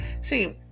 see